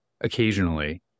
occasionally